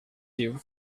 you